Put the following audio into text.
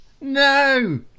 No